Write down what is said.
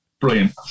brilliant